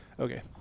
okay